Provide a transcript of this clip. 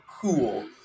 cool